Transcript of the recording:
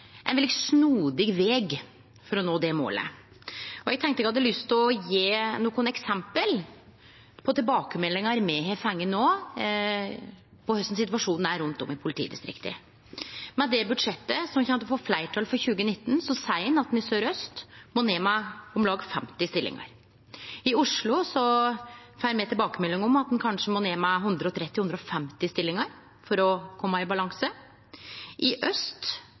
ein veldig snodig veg til å nå det målet. Eg har lyst å gje nokre eksempel på tilbakemeldingar me har fått no om korleis situasjonen er rundt omkring i politidistrikta. Med det budsjettet som kjem til å få fleirtal for 2019, seier ein at ein i Sør-Aust politidistrikt må ned med om lag 50 stillingar. Me får tilbakemelding om at ein i Oslo kanskje må ned med 130–150 stillingar for å kome i balanse. I Aust